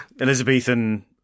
Elizabethan